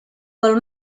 pel